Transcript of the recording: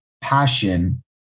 passion